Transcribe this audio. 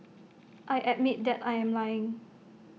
I admit that I am lying